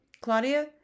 Claudia